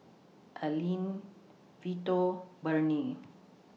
Alene Vito Burney